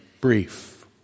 brief